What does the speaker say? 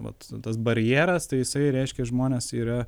vat tas barjeras tai jisai reiškia žmonės yra